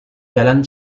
jalan